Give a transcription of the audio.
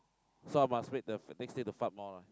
so I must wait the next day to fart more lah